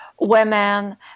women